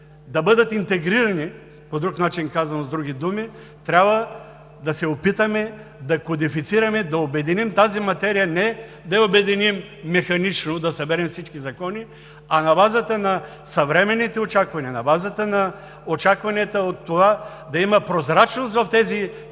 да бъдат интегрирани, по друг начин казано, с други думи, трябва да се опитаме да кодифицираме, да обединим тази материя. Не да я обединим механично – да съберем всички закони, а на базата на съвременните очаквания, на базата на очакванията от това да има прозрачност в тези